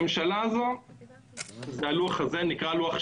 הלב של החלטת הממשלה הוא הלוח הזה (במצגת).